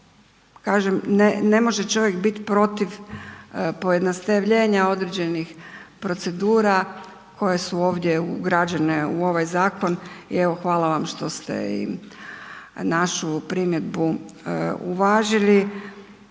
kažem ne može čovjek biti protiv pojednostavljenja nekih procedura koje su ovdje ugrađene u ovaj zakon i evo hvala vam što ste i našu primjedbu uvažili.